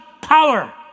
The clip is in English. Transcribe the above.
power